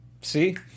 See